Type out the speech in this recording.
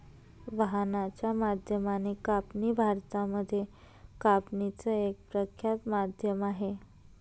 वाहनाच्या माध्यमाने कापणी भारतामध्ये कापणीच एक प्रख्यात माध्यम आहे